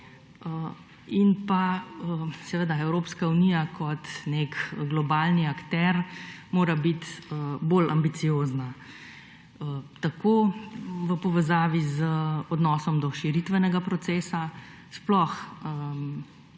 pozornost. Evropska unija kot nek globalni akter mora biti bolj ambiciozna tako v povezavi z odnosom do širitvenega procesa, sploh tukaj